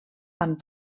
amb